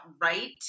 right